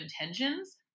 intentions